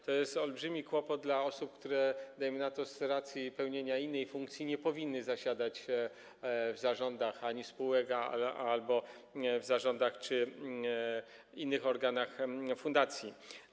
To jest olbrzymi kłopot dla osób, które, dajmy na to, z racji pełnienia innej funkcji nie powinny zasiadać w zarządach spółek albo w zarządach czy innych organach fundacji.